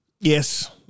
Yes